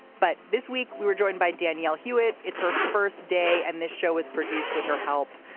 but this week we were joined by danielle hewett. it's her first day and this show was produced with her help.